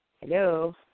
Hello